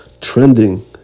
trending